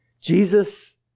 Jesus